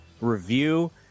review